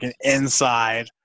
inside